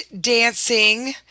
dancing